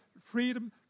freedom